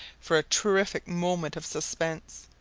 for a terrific moment of suspense,